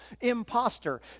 imposter